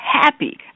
happy